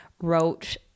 wrote